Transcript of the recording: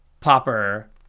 popper